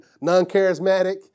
non-charismatic